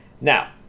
now